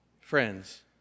Friends